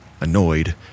annoyed